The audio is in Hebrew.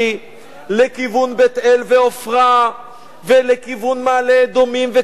לכיוון בית-אל ועופרה ולכיוון מעלה-אדומים וכפר-אדומים.